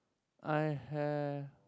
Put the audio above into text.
I have